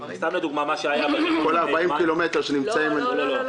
כל ה-40 קילומטר שנמצאים --- לא לא.